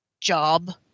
job